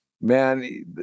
man